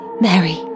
Mary